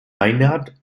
maynard